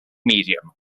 medium